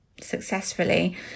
successfully